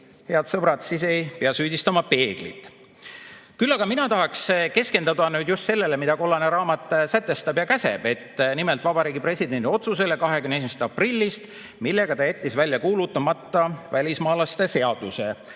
head sõbrad, siis ei pea süüdistama peeglit. Küll aga mina tahaksin keskenduda just sellele, mida kollane raamat sätestab ja käsib. Nimelt, Vabariigi Presidendi 21. aprilli otsusele, millega ta jättis välja kuulutamata välismaalaste seaduse.